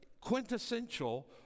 quintessential